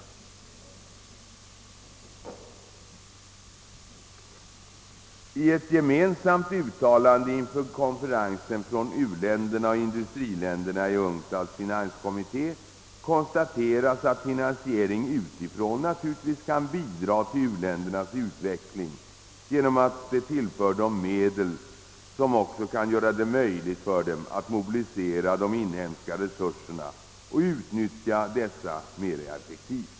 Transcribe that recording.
| I ett gemensamt uttalande inför konferensen från u-länderna och industriländerna i UNCTAD:s finanskommitté konstateras, att finansiering utifrån naturligtvis kan bidra till u-ländernas utveckling genom att tillföra dem medel som också gör det möjligt för dem att mobilisera de inhemska resurserna och utnyttja dessa mera effektivt.